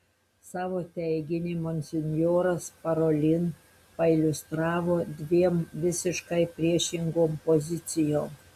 savo teiginį monsinjoras parolin pailiustravo dviem visiškai priešingom pozicijom